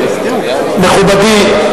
מכובדי,